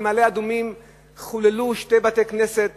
במעלה-אדומים חוללו שני בתי-כנסת